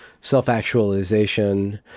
self-actualization